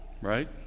right